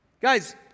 Guys